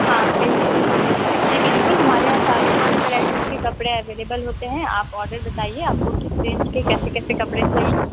ہاں کہیے جی بالکل ہمارے یہاں ساری طرح کے ورائٹیز کے کپڑے اویلیبل ہوتے ہیں آپ آڈر بتائیے آپ کو کس رینج کے کیسے کیسے کپڑے چاہیے